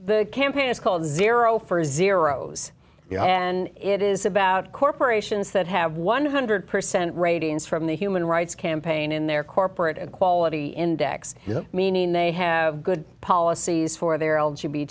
the campaign it's called zero for a zeroes and it is about corporations that have one hundred percent ratings from the human rights campaign in their corporate and quality index meaning they have good policies for their old should be